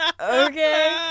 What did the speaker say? okay